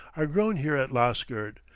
are grown here at lasgird,